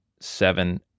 seven